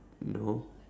no